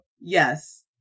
Yes